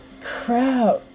Crap